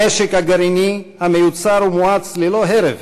הנשק הגרעיני המיוצר ומואץ ללא הרף